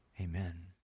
Amen